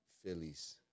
Phillies